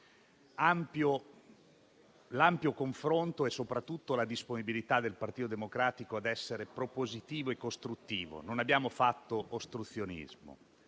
l'ampio confronto e soprattutto la disponibilità del Partito Democratico ad essere propositivo e costruttivo, non abbiamo fatto ostruzionismo.